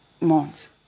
months